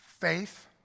faith